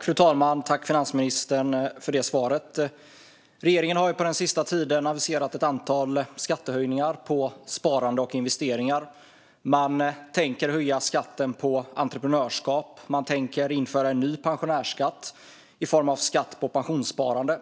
Fru talman! Tack, finansministern, för svaret! Regeringen har den senaste tiden aviserat ett antal skattehöjningar på sparande och investeringar. Man tänker höja skatten på entreprenörskap, och man tänker införa en ny pensionärsskatt i form av skatt på pensionssparande.